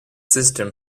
system